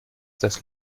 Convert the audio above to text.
des